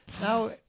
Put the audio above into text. Now